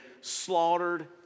slaughtered